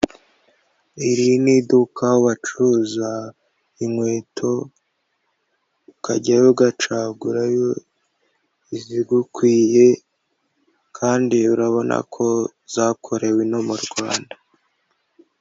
Iri ni iduka aho bacuruza inkweto, ukajyayo ugacagurayo izigukwiye, kandi urabona ko zakorewe no mu Rwanda.